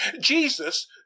Jesus